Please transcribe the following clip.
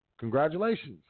Congratulations